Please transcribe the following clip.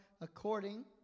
according